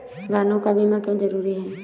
वाहनों का बीमा क्यो जरूरी है?